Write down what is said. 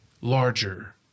larger